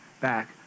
back